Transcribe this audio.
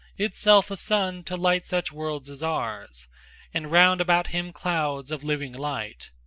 itself a sun to light such worlds as ours and round about him clouds of living light,